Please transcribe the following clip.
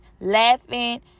laughing